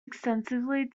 extensively